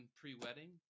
pre-wedding